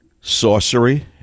sorcery